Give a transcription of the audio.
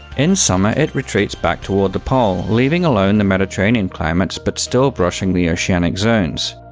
in summer it retreats back toward the pole, leaving alone the mediterranean climates but still brushing the oceanic zones.